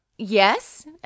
Yes